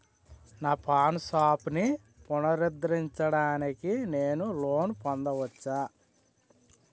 నా పాన్ షాప్ని పునరుద్ధరించడానికి నేను లోన్ పొందవచ్చా?